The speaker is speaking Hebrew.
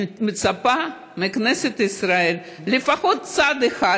אני מצפה מכנסת ישראל לעשות לפחות צעד אחד